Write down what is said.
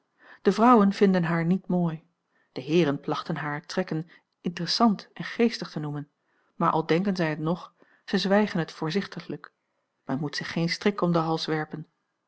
de vrouwen vinden haar niet mooi de heeren plachten hare trekken interessant en geestig te noemen maar al denken zij het ng zij zwijgen het voorzichtiglijk men moet zich geen strik om den hals werpen